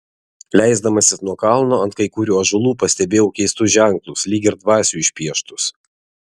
leisdamasis nuo kalno ant kai kurių ąžuolų pastebėjau keistus ženklus lyg ir dvasių išpieštus